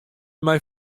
mei